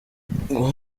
guha